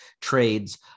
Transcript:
trades